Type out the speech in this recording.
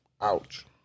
Ouch